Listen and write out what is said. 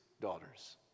daughters